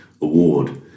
award